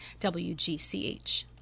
wgch